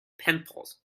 pimples